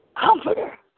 Comforter